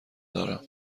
دارم